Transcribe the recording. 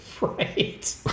Right